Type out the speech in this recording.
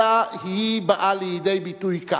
אלא היא באה לידי ביטוי כך: